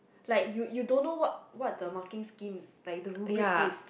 like you you don't know what what the marking scheme like the rubric is